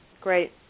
Great